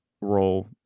role